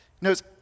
knows